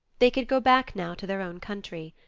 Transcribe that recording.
they could go back now to their own country.